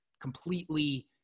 completely